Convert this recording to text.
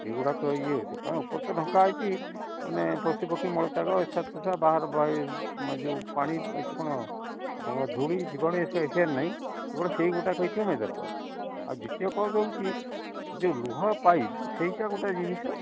ଏଗୁଡ଼ାକ ୟେ ଅଛି ତା' ଉପରେ ତ ଢଙ୍କା ହେଇଛି ମାନେ ପଶୁପକ୍ଷୀ ମଳତ୍ୟାଗ ଏସା ତେସା ଯେଉଁ ପାଣି ଏଠି କ'ଣ ଧୁଳି ଜୀବାଣୁ ଏସବୁ ଆସିବାର ନାହିଁ କେବଳ ସେଇଗୋଟା ହେଲା ମେଜର୍ ପ୍ରବ୍ଲେମ୍ ଆଉ ଦ୍ଵିତୀୟ କଜ୍ ହେଉଛି ଏ ଯେଉଁ ଲୁହା ପାଇପ୍ ସେଇଟା ଗୋଟେ ଜିନିଷ